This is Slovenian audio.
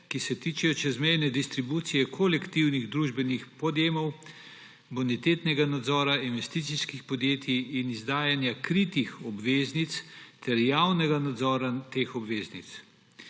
ki se tičejo čezmejne distribucije kolektivnih družbenih podjemov, bonitetnega nadzora, investicijskih podjetij in izdajanja kritih obveznic ter javnega nadzora teh obveznic.